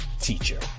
teacher